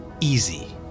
easy